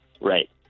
Right